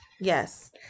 yes